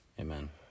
Amen